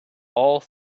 all